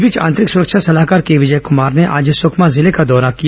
इस बीच आंतरिक सुरक्षा सलाहकार के विजय कमार ने आज सुकमा जिले का दौरा किया